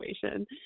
situation